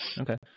Okay